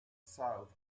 south